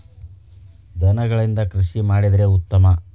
ದನಗಳಿಂದ ಕೃಷಿ ಮಾಡಿದ್ರೆ ಉತ್ತಮ